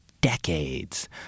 decades